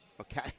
Okay